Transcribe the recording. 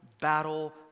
battle